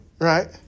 Right